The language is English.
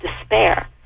despair